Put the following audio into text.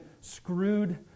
screwed